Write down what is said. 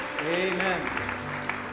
Amen